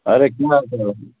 अरे किया करो